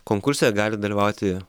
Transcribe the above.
konkurse gali dalyvauti